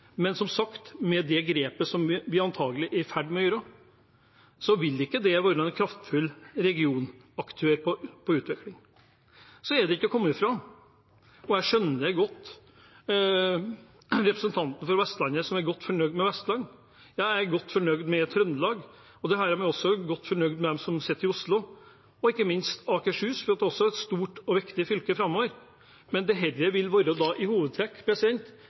men som sagt, med det grepet som vi antakelig er i ferd med å gjøre, vil ikke det være en kraftfull regionaktør når det gjelder utvikling. Det er ikke til å kommer fra – og jeg skjønner det godt – at representanten fra Vestlandet er godt fornøyd med Vestland, jeg er godt fornøyd med Trøndelag, og dette er også de som sitter i Oslo – og ikke minst i Akershus, også et stort og viktig fylke – godt fornøyd med. Dette vil i hovedtrekk være